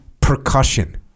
percussion